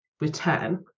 return